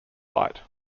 light